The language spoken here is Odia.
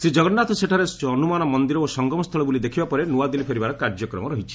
ଶ୍ରୀ ଜଗନ୍ନାଥ ସେଠାରେ ହନୁମାନ ମନ୍ଦିର ଓ ସଂଗମସ୍ଥଳ ବୁଲି ଦେଖିବା ପରେ ନୂଆଦିଲ୍ଲୀ ଫେରିବାର କାର୍ଯ୍ୟକ୍ରମ ରହିଛି